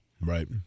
Right